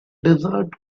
desert